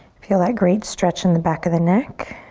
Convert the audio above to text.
feel that great stretch in the back of the neck.